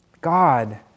God